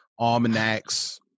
almanacs